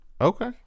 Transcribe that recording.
Okay